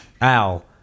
Al